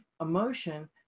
emotion